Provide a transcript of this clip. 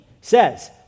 says